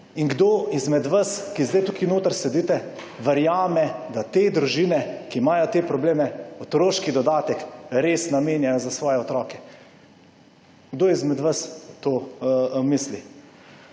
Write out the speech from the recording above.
In kdo izmed vas, ki zdaj tukaj notri sedite, verjame, da te družine, ki imajo te probleme, otroški dodatek res namenjajo za svoje otroke? Kdo izmed vas to misli?